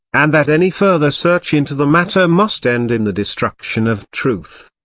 and that any further search into the matter must end in the destruction of truth.